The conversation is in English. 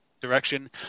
direction